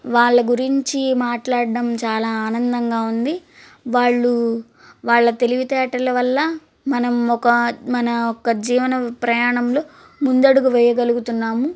వాళ్ళ గురించి మాట్లాడ్డం చాలా ఆనందంగా ఉంది వాళ్ళు వాళ్ళ తెలివితేటల వల్ల మనం ఒక మన ఒక జీవన ప్రయాణంలో ముందడుగు వేయగలుగుతున్నాము